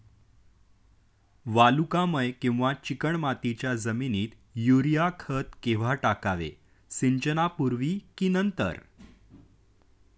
वालुकामय किंवा चिकणमातीच्या जमिनीत युरिया खत केव्हा टाकावे, सिंचनापूर्वी की नंतर?